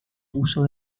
puso